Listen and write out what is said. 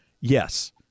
Yes